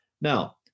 Now